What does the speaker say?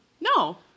No